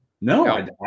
No